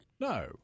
No